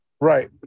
Right